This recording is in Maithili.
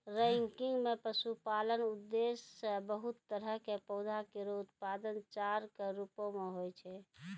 रैंकिंग म पशुपालन उद्देश्य सें बहुत तरह क पौधा केरो उत्पादन चारा कॅ रूपो म होय छै